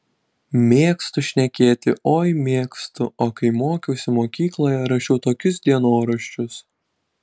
mėgstu šnekėti oi mėgstu o kai mokiausi mokykloje rašiau tokius dienoraščius